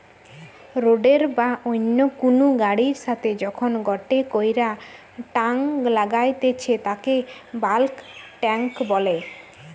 রোডের বা অন্য কুনু গাড়ির সাথে যখন গটে কইরা টাং লাগাইতেছে তাকে বাল্ক টেংক বলে